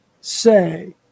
say